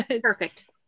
perfect